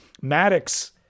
Maddox